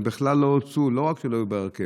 הם בכלל לא הוצעו, לא רק שלא היו בהרכב.